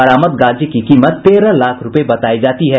बरामद गांजे की कीमत तेरह लाख रुपये बतायी जाती है